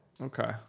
Okay